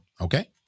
Okay